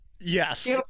yes